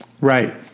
Right